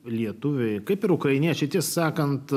lietuviai kaip ir ukrainiečiai ties sakant